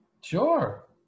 sure